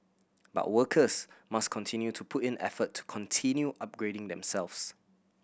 but workers must continue to put in effort to continue upgrading themselves